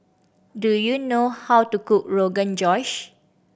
do you know how to cook Rogan Josh